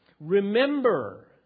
Remember